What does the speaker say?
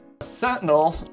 Sentinel